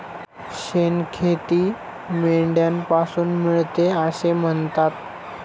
शेणखतही मेंढ्यांपासून मिळते असे म्हणतात